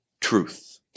truth